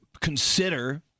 consider